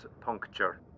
puncture